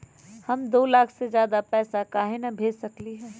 हम दो लाख से ज्यादा पैसा काहे न भेज सकली ह?